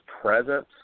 presence